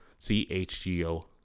CHGO